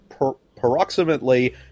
approximately